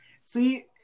See